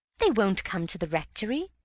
they won't come to the rectory.